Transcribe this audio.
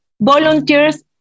volunteers